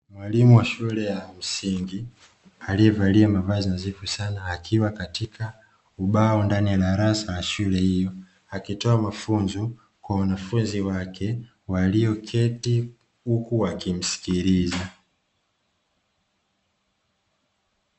Mwalimu wa shule ya msingi aliyevalia mavazi nadhifu sana, akiwa katika ubao ndani ya darasa la shule hiyo, akitoa mafunzo kwa wanafunzi wake walioketi huku wakimsikiliza.